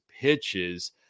pitches